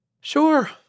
Sure